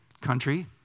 country